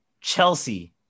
Chelsea